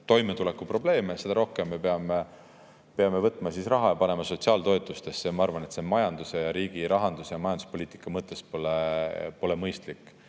toimetulekuprobleeme, seda rohkem me peame võtma raha ja panema seda sotsiaaltoetustesse. Ma arvan, et see majanduse ja riigi rahandus‑ ja majanduspoliitika mõttes pole mõistlik.